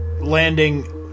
landing